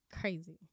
Crazy